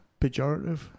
pejorative